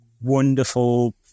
wonderful